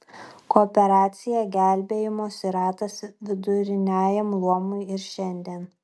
kooperacija gelbėjimosi ratas viduriniajam luomui ir šiandien